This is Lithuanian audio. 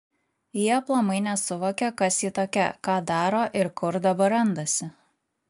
ji aplamai nesuvokia kas ji tokia ką daro ir kur dabar randasi